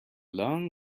long